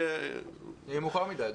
יהיה מאוחר מדי.